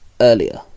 earlier